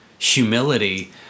humility